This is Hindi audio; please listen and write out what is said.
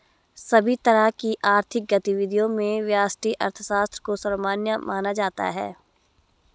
सभी तरह की आर्थिक गतिविधियों में व्यष्टि अर्थशास्त्र को सर्वमान्य माना जाता है